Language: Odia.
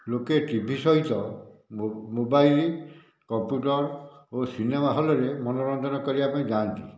ଲୋକେ ଟି ଭି ସହିତ ମୋବାଇଲ୍ କମ୍ପୁଟର୍ ଓ ସିନେମା ହଲ୍ରେ ମନୋରଞ୍ଜନ କରିବା ପାଇଁ ଯାଆନ୍ତି